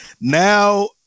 now –